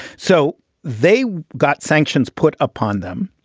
so they got sanctions put upon them.